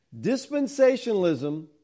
Dispensationalism